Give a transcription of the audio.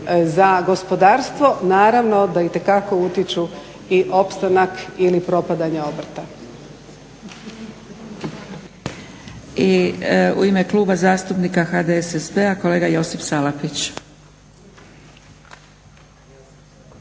za gospodarstvo naravno da itekako utječu i opstanak ili propadanje obrta.